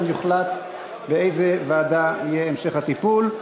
ושם יוחלט באיזו ועדה יהיה המשך הטיפול.